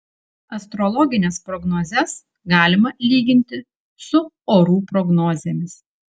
astrologines prognozes galima lyginti su orų prognozėmis